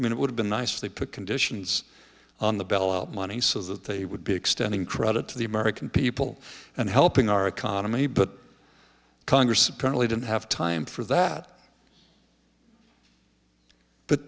i mean it would have been nice if they put conditions on the ballot money so that they would be extending credit to the american people and helping our economy but congress apparently didn't have time for that but